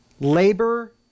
Labor